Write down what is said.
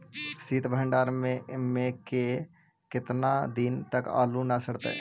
सित भंडार में के केतना दिन तक आलू न सड़तै?